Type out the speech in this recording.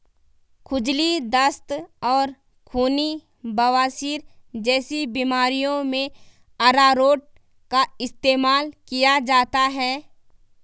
खुजली, दस्त और खूनी बवासीर जैसी बीमारियों में अरारोट का इस्तेमाल किया जाता है